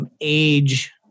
age